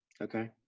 okay